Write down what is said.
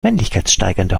männlichkeitssteigernde